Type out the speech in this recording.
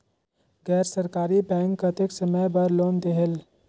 गैर सरकारी बैंक कतेक समय बर लोन देहेल?